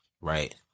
right